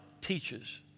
teaches